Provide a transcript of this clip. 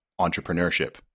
entrepreneurship